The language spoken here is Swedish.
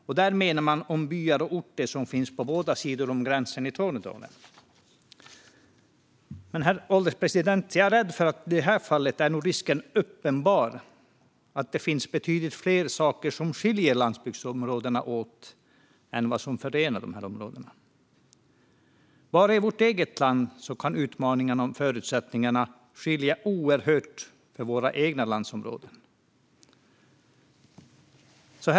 Man menar då byar och orter som finns på båda sidor om gränsen i Tornedalen. Men, herr ålderspresident, jag är rädd för att risken i detta fall är uppenbar att det finns betydligt fler saker som skiljer landsbygdsområden åt än som förenar dem. Bara i vårt eget land kan utmaningarna och förutsättningarna för våra landsbygdsområden skilja sig oerhört.